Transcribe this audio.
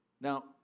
Now